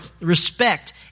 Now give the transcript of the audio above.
respect